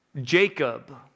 Jacob